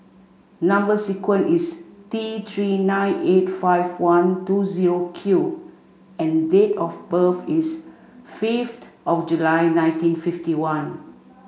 number sequence is T three nine eight five one two zero Q and date of birth is fifth of July nineteen fifty one